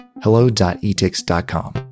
Hello.etix.com